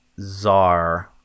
czar